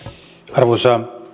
arvoisa